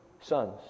sons